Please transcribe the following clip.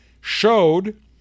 showed